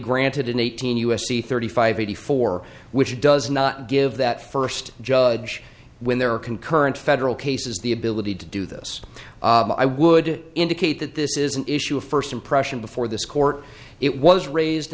granted in eighteen u s c thirty five eighty four which does not give that first judge when there are concurrent federal cases the ability to do this i would indicate that this is an issue of first impression before this court it was raised